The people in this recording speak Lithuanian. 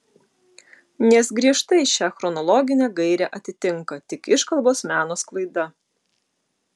nes griežtai šią chronologinę gairę atitinka tik iškalbos meno sklaida